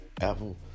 apple